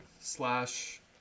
slash